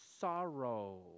Sorrow